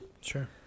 Sure